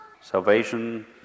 Salvation